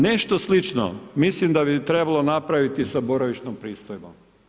Nešto slično mislim da bi trebalo napraviti sa boravišnom pristojbom.